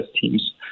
teams